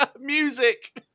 music